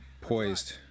poised